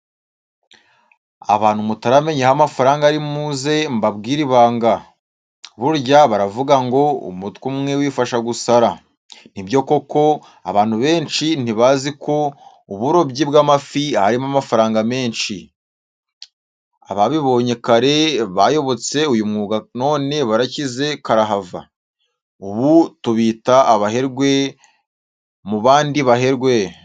Abantu mutaramenya aho amafaranga ari muze mbabwire ibanga, burya baravuga ngo umutwe umwe wifasha gusara. Ni byo koko abantu benshi ntibazi ko uburobyi bw'amafi harimo amafaranga menshi. Ababibonye kare bayobotse uyu mwuga none barakize karahava, ubu tubita abaherwe mu bandi baherwe.